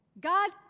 God